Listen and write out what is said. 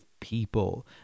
people